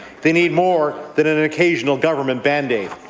they need more than an occasion government band-aid.